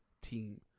team